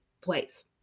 place